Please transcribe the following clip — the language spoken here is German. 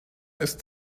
ist